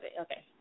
Okay